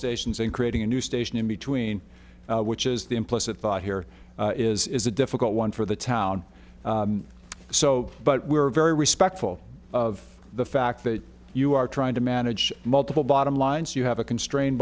stations and creating a new station in between which is the implicit thought here is a difficult one for the town so but we're very respectful of the fact that you are trying to manage multiple bottom lines you have a constrained